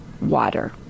Water